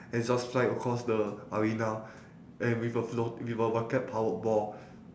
and just fly across the arena and with a float with a rocket powered ball